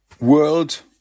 world